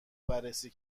بررسی